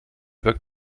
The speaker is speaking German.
wirkt